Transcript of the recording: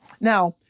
Now